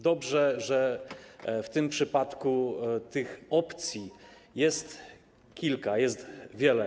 Dobrze, że w tym przypadku tych opcji jest kilka, jest wiele.